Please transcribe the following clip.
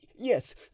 yes